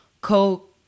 Coke